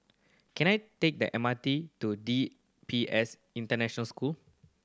can I take the M R T to D P S International School